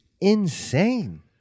insane